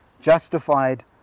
justified